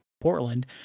Portland